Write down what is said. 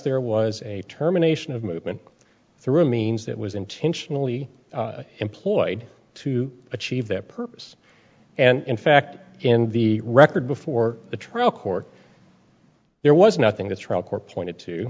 there was a terminations of movement through means that was intentionally employed to achieve that purpose and in fact in the record before the trial court there was nothing the trial court pointed to